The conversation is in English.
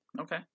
Okay